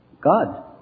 God